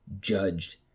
judged